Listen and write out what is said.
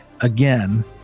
again